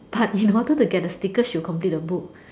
but in order to get the sticker she'll complete the book